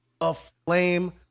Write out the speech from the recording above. aflame